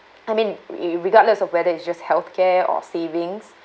I mean we regardless of whether it's just health care or savings